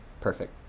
Perfect